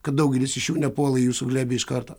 kad daugelis iš jų nepuola į jūsų glėbį iš karto